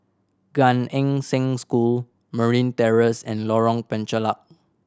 Gan Eng Seng School Marine Terrace and Lorong Penchalak